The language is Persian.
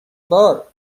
بار